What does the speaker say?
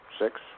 six